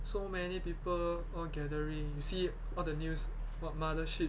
so many people all gathering you see all the news what mothership